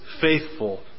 faithful